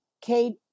Kate